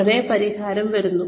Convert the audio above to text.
ഉടനെ പരിഹാരം വരുന്നു